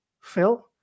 Phil